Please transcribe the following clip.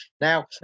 Now